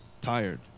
tired